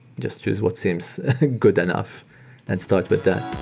just choose what seems good enough and start with that